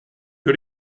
que